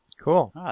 Cool